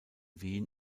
wien